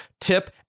tip